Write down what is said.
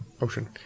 ocean